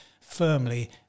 firmly